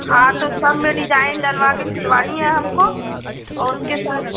हाँ तो सब में डिजाइन डलवा कर सिलवानी है हमको और उसके साथ